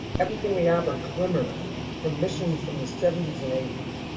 everything we have are glimmers from missions from the seventy s and eighty s.